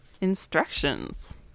Instructions